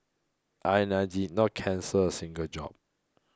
I night did not cancel a single job